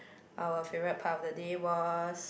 our favourite part of the day was